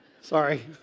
Sorry